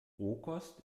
rohkost